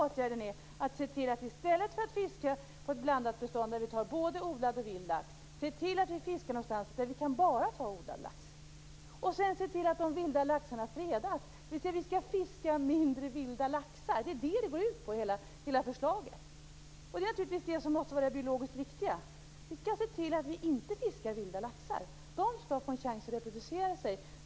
Vitsen är att se till att fisket bedrivs där man kan fiska bara odlad lax, i stället för både odlad och vild lax. Vi måste se till att de vilda laxarna fredas. Vi skall fiska mindre vild lax. Det är vad hela förslaget går ut på. Det biologiskt riktiga måste vara att se till att vi inte fiskar vild lax. Den vilda laxen skall få en chans att reproducera sig.